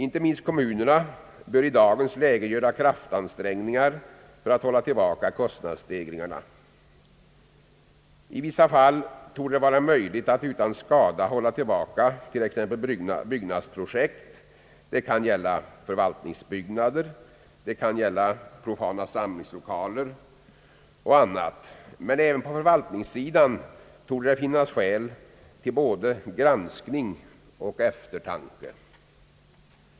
Inte minst kommunerna bör i dagens läge göra kraftansträngningar för att hålla tillbaka kostnadsstegringarna. I vissa fall torde det vara möjligt att utan skada hålla tillbaka byggnadsprojekt såsom förvaltningsbyggnader och samlingslokaler. Även på förvaltningssidan torde det finnas skäl till granskning och eftertanke.